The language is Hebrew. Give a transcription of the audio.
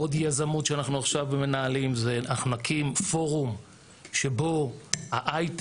עוד יזמות שאנחנו עכשיו מנהלים זה אנחנו נקים פורום שבו ההייטק,